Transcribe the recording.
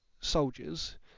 soldiers